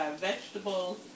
vegetables